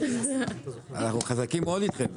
אנחנו חזקים מאוד אתכם.